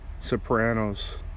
Sopranos